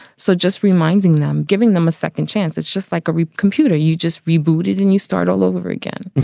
so just reminding them, giving them a second chance. it's just like a computer you just rebooted and you start all over again.